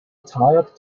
tired